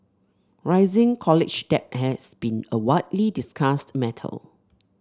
rising college debt has been a widely discussed matter